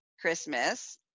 Christmas